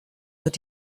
wird